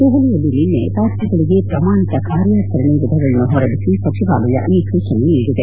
ದೆಹಲಿಯಲ್ಲಿ ನಿನ್ನೆ ರಾಜ್ಯಗಳಿಗೆ ಪ್ರಮಾಣಿತ ಕಾರ್ಯಾಚರಣೆ ವಿಧಗಳನ್ನು ಪೊರಡಿಸಿ ಸಚಿವಾಲಯ ಈ ಸೂಚನೆ ನೀಡಿದೆ